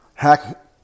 Hack